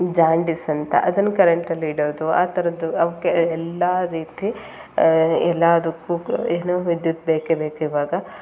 jaundice ಅಂತ ಅದನ್ನು ಕರೆಂಟಲ್ಲಿ ಇಡೋದು ಆ ಥರದ್ದು ಅವಕ್ಕೆ ಎಲ್ಲ ರೀತಿ ಎಲ್ಲದಕ್ಕೂ ಏನು ವಿದ್ಯುತ್ ಬೇಕೇ ಬೇಕು ಇವಾಗ